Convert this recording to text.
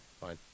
Fine